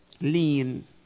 lean